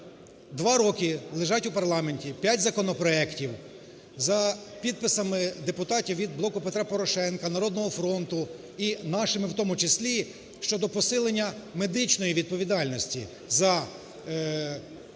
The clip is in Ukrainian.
2 роки лежать у парламенті п'ять законопроектів за підписами депутатів від "Блоку Петра Порошенка", "Народного фронту" і нашими, в тому числі щодо посилення медичної відповідальності за випивку